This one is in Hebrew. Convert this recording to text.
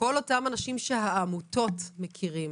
כל אותם אנשים שהעמותות מכירות,